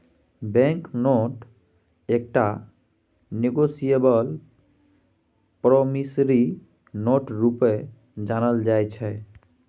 bank note एकटा negotiable promissory note रुपे जानल जाइ छै